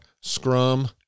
scrum